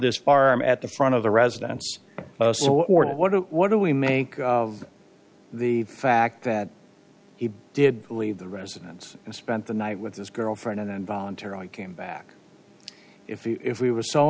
this farm at the front of the residence what do what do we make of the fact that he did leave the residence and spent the night with his girlfriend and then voluntarily came back if we were so